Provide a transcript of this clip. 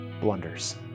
blunders